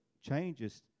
changes